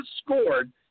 scored